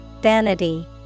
Vanity